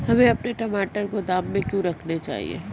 हमें अपने टमाटर गोदाम में क्यों रखने चाहिए?